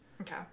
Okay